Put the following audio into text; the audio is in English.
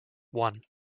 one